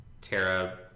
Tara